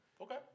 Okay